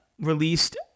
released